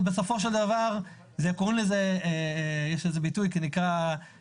בסופו של דבר זה "שלום כלכלי" זה ביטוי נפוץ.